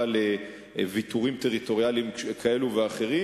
לוויתורים טריטוריאליים כאלה ואחרים,